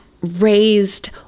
raised